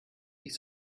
ich